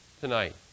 tonight